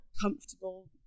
comfortable